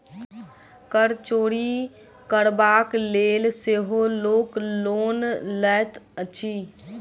कर चोरि करबाक लेल सेहो लोक लोन लैत अछि